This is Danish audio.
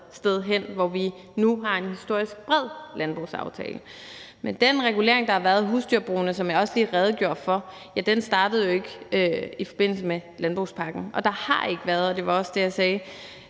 sted hen, hvor vi nu har en historisk bred landbrugsaftale. Men den regulering, der har været af husdyrbrugene, som jeg også lige redegjorde for, startede jo ikke i forbindelse med landbrugspakken. Og der har ikke været – det var også det, jeg sagde